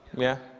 yeah,